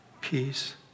peace